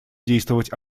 действовать